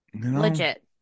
Legit